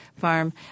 farm